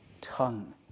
tongue